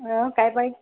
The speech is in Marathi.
ह काय पाहिजे